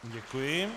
Děkuji.